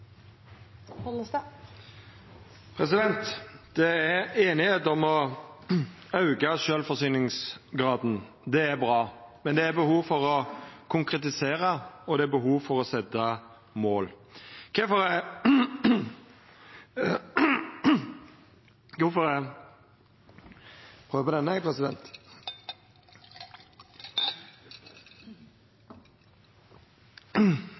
med. Det er einigheit om å auka sjølvforsyningsgraden. Det er bra. Men det er behov for å konkretisera, og det er behov for å setja mål. Kvifor er